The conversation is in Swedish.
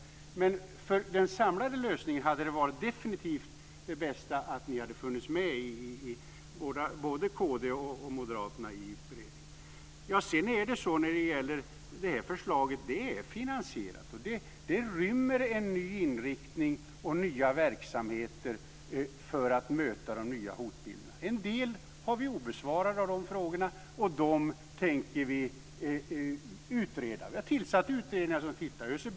Men för den samlade lösningen hade det definitivt varit det bästa att ni hade funnits med, både kd och moderaterna, i beredningen. Sedan är det så när det gäller det här förslaget att det är finansierat. Det rymmer en ny inriktning och nya verksamheter för att möta de nya hotbilderna. En del av de frågorna är obesvarade, och de tänker vi utreda. Vi har tillsatt utredningar som ska titta på det.